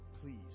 please